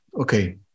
Okay